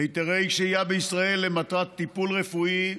היתרי שהייה בישראל למטרת טיפול רפואי,